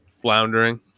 Floundering